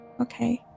Okay